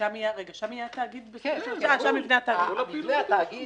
שם יהיו מבני התאגיד